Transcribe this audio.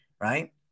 Right